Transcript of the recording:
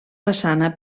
façana